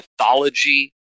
mythology